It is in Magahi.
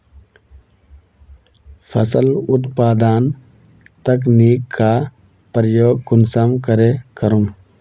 फसल उत्पादन तकनीक का प्रयोग कुंसम करे करूम?